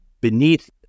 beneath